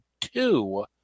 two